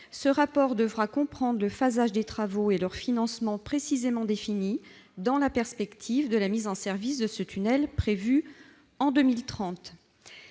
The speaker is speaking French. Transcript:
Ce rapport devra comprendre le phasage des travaux et leur financement précisément définis, dans la perspective de la mise en service de ce tunnel prévue en 2030.